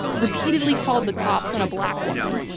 repeatedly called the cops on a black woman.